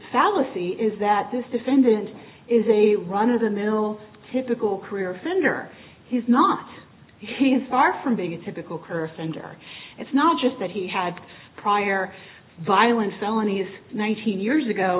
fallacy is that this defendant is a run of the mill typical career offender he's not he's far from being a typical curse and or it's not just that he had prior violent felonies nineteen years ago